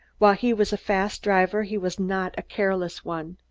while he was a fast driver, he was not a careless one.